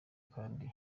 kandi